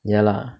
ya lah